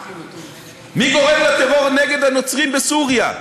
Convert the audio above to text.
מי גורם לטרור נגד הנוצרים בסוריה?